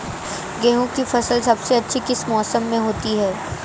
गेंहू की फसल सबसे अच्छी किस मौसम में होती है?